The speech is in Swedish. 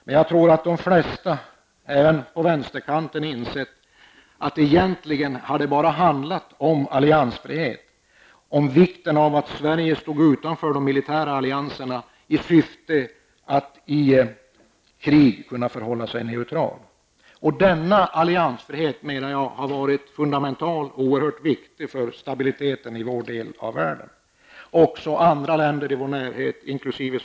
Men jag tror att de flesta, även på vänsterkanten, har insett att det egentligen bara har handlat om alliansfrihet och om vikten av att Sverige stod utanför de militära allianserna, i syfte att i krig kunna förhålla sig neutralt. Denna alliansfrihet har varit oerhört viktig för stabiliteten i vår del av världen. Även andra länder i vår närhet, inkl.